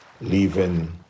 leaving